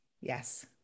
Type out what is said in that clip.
Yes